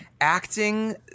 acting